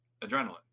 adrenaline